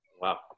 Wow